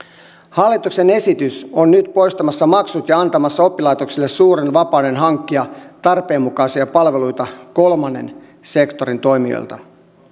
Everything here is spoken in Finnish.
hallituksen esitys on nyt poistamassa maksut ja antamassa oppilaitoksille suuren vapauden hankkia tarpeenmukaisia palveluita kolmannen sektorin toimijoilta